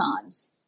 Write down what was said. times